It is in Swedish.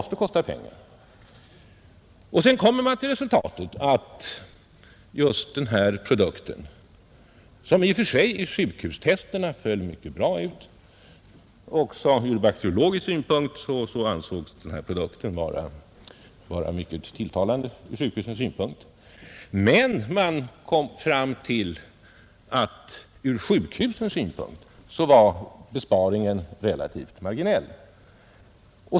Sjukhustesterna av den här produkten föll i och för sig väl ut, och ur bakteriologisk synpunkt ansågs den vara mycket tilltalande för sjukhusen, men man kom fram till att besparingen från sjukhusens synpunkt var relativt marginell.